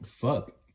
fuck